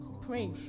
Pray